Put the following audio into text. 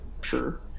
sure